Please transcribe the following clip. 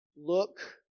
look